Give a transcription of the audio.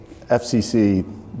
FCC